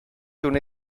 toen